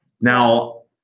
Now